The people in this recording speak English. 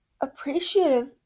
appreciative